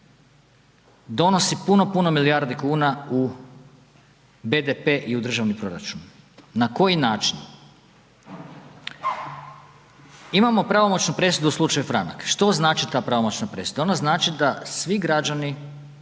donosi puno, puno milijardi kuna u BDP i u državni proračun. Na koji način? Imamo pravomoćnu presudu u slučaju Franak, što znači ta pravomoćna presuda? Ona znači da svi građani